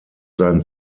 sein